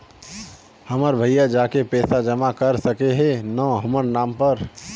हमर भैया जाके पैसा जमा कर सके है न हमर नाम पर?